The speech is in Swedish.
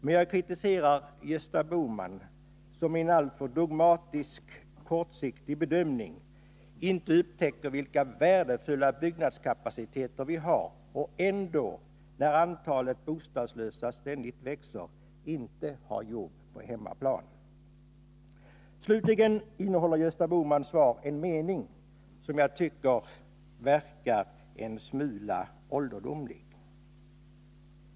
Men jag kritiserar Gösta Bohman som i en alltför dogmatisk, kortsiktig bedömning inte upptäcker vilka värdefulla byggnadskapaciteter vi har och ändå, när antalet bostadslösa ständigt växer, inte har jobb på hemmaplan. Slutligen innehåller Gösta Bohmans svar en mening som jag tycker verkar en smula ålderdomlig.